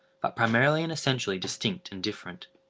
but primarily and essentially distinct and different.